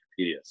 wikipedia